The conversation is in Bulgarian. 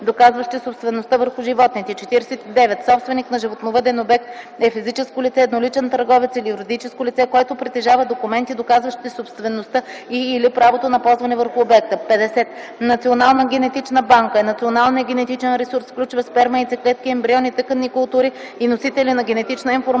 доказващи собствеността върху животните. 49. „Собственик на животновъден обект” е физическо лице, едноличен търговец или юридическо лице, което притежава документи, доказващи собствеността и/или правото на ползване върху обекта. 50. “Национална генетична банка” е националният генетичен ресурс, включващ сперма, яйцеклетки, ембриони, тъканни култури и носители на генетична информация